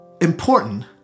important